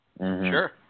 Sure